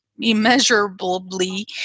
immeasurably